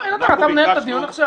מה, אלעזר, אתה מנהל את הדיון עכשיו?